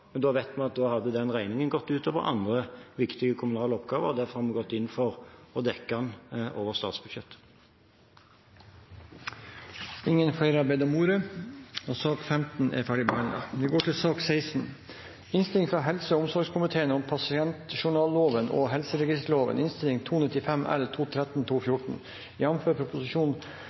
men da vet vi at da hadde den regningen gått ut over andre viktige kommunale oppgaver. Derfor har vi gått inn for å dekke den over statsbudsjettet. Flere har ikke bedt om ordet til sak nr. 15. Etter ønske fra helse- og omsorgskomiteen vil presidenten foreslå at taletiden blir begrenset til 5 minutter til hver partigruppe og